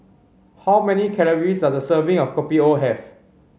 how many calories does a serving of Kopi O have